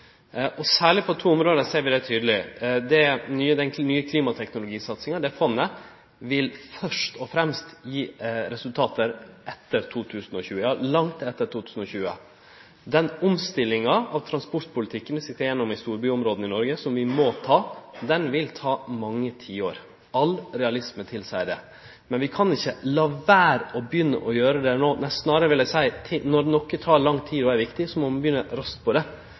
Særleg på to område ser vi det tydeleg: Den nye klimateknologisatsinga, fondet, vil først og fremst gi resultat etter 2020 – ja langt etter 2020. Den omstillinga av transportpolitikken vi skal få igjennom i storbyområda i Noreg, og som vi må ta, vil ta mange tiår. All realisme tilseier det. Men vi kan ikkje la vere å begynne å gjere det no, snarare vil eg seie at når noko tek lang tid og er viktig, må vi begynne raskt med det.